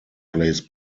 plays